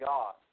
God